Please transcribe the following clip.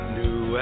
new